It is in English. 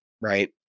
right